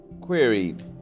queried